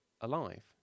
alive